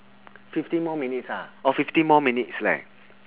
fifteen more minutes ah oh fifteen more minutes leh